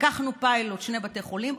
לקחנו כפיילוט שני בתי חולים,